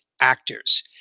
actors